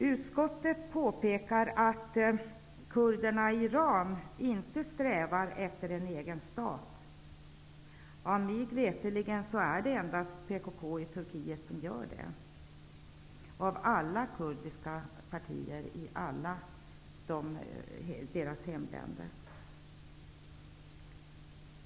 Utskottet påpekar att kurderna i Iran inte strävar efter en egen stat. Mig veterligt är det endast PKK i Turkiet -- av alla kurdiska partier i alla olika hemländer -- som gör det.